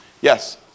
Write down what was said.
Yes